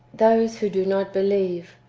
those who do not believe,